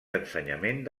d’ensenyament